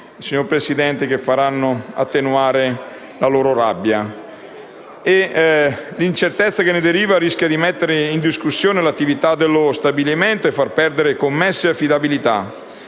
o undici decreti ad attenuare la loro rabbia. L'incertezza che ne deriva rischia di mettere in discussione l'attività dello stabilimento e far perdere commesse e affidabilità